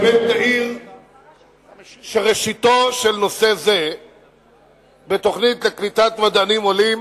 באמת נעיר שראשיתו של נושא זה בתוכנית לקליטת מדענים עולים